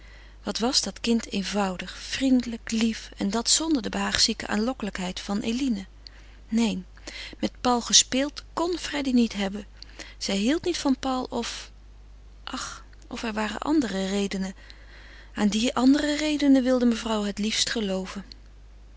wat was dat kind eenvoudig vriendelijk lief en dat zonder de behaagzieke aanlokkelijkheid van eline neen met paul gespeeld kon freddy niet hebben zij hield niet van paul of ach of er waren andere redenen aan die andere reden wilde mevrouw het liefst gelooven